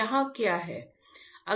यहाँ क्या है